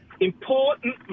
important